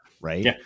Right